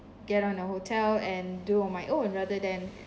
get on a hotel and do on my own rather than